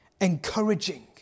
encouraging